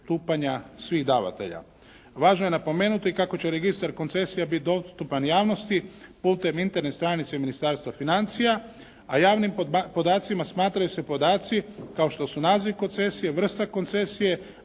svih davatelja. Važno je napomenuti kako će registar koncesija biti dostupan javnosti putem Internet stanice Ministarstva financija, a javnim podacima smatraju se podaci kao što su naziv koncesije, vrsta koncesije,